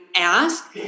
ask